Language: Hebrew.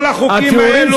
תקיאו את כל החוקים האלו.